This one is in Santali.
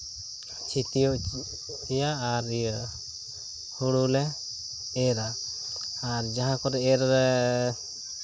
ᱪᱷᱤᱛᱤᱭᱟ ᱟᱨ ᱤᱭᱟᱹ ᱦᱳᱲᱳ ᱞᱮ ᱮᱨᱟ ᱟᱨ ᱡᱟᱦᱟᱸ ᱠᱚᱨᱮ ᱮᱨ